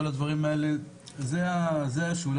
כל הדברים האלה זה השוליים,